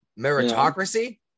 Meritocracy